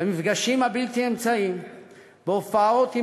במפגשים הבלתי-אמצעיים וההופעות עם